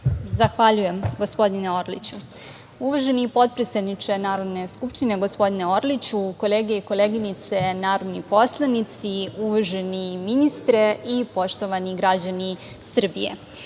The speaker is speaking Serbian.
Zahvaljujem, gospodine Orliću. Uvaženi potpredsedniče Narodne skupštine, gospodine Orliću, kolege i koleginice narodni poslanici, uvaženi ministre i poštovani građani Srbije,